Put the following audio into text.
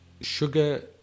sugar